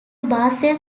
basel